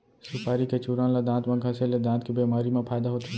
सुपारी के चूरन ल दांत म घँसे ले दांत के बेमारी म फायदा होथे